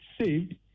saved